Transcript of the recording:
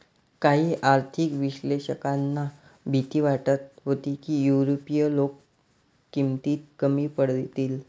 काही आर्थिक विश्लेषकांना भीती वाटत होती की युरोपीय लोक किमतीत कमी पडतील